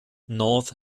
north